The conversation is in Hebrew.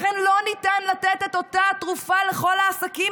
לכן לא ניתן לתת את אותה התרופה לכל העסקים.